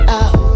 out